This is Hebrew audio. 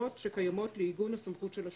שקיימות לעיגון הסמכות של השב"כ.